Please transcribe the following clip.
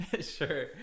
Sure